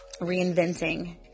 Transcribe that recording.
reinventing